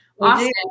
Austin